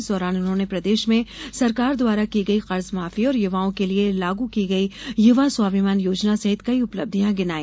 इस दौरान उन्होंने प्रदेश में सरकार द्वारा की गई कर्ज माफी और युवाओं के लिये लागू की गई युवा स्वाभिमान योजना सहित कई उपलब्धियां गिनाई